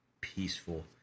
peaceful